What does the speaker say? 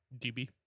DB